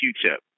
Q-tip